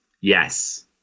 yes